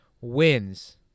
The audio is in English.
wins